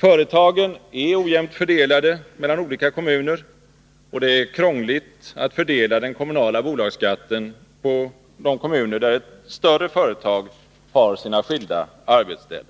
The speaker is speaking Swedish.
Företagen är ojämnt fördelade mellan olika kommuner, och det är krångligt att fördela den kommunala bolagsskatten på de kommuner där ett större företag har sina skilda arbetsställen.